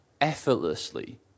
effortlessly